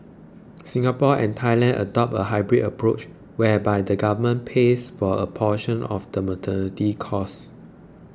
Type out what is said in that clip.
Singapore and Thailand adopt a hybrid approach whereby the government pays for a portion of the maternity costs